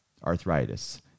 arthritis